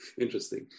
Interesting